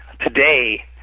today